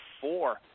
four